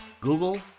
Google